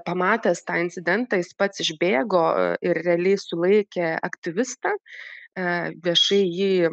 pamatęs tą incidentą jis pats išbėgo ir realiai sulaikė aktyvistą viešai jį